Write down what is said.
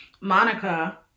Monica